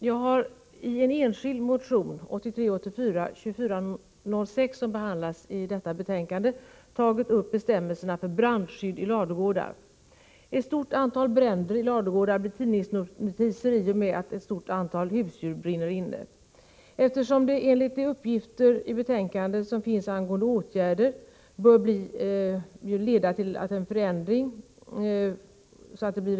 Jag har i min motion 1983/84:2406, som behandlas i detta betänkande, tagit upp bestämmelserna för brandskydd i ladugårdar. Ett stort antal bränder i ladugårdar uppmärksammas i tidningsnotiser särskilt i de fall då många husdjur brinner inne. Enligt de uppgifter som lämnas i betänkandet kommer åtgärder att vidtas, och de bör kunna leda till förändringar på detta område.